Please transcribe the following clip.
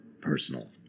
Personal